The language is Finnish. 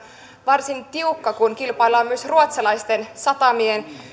varsin tiukka kun kilpaillaan myös ruotsalaisten satamien